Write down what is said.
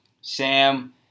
Sam